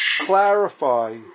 clarify